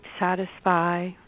satisfy